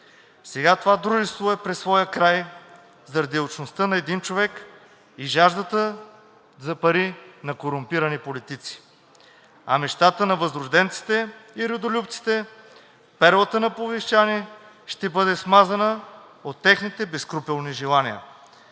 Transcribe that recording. Сега това дружество е пред своя край заради алчността на един човек и жаждата за пари на корумпирани политици, а мечтата на възрожденците и родолюбците, перлата на пловдивчани, ще бъде смазана от техните безскрупулни желания.